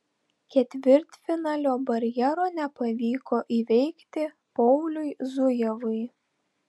ketvirtfinalio barjero nepavyko įveikti pauliui zujevui